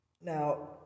Now